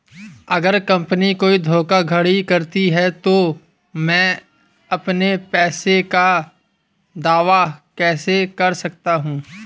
अगर कंपनी कोई धोखाधड़ी करती है तो मैं अपने पैसे का दावा कैसे कर सकता हूं?